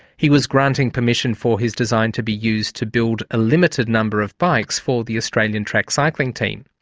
he was granting permission for his design to be used to build a limited number of bikes for the australian track cycling team.